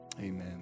amen